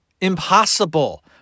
impossible